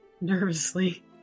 nervously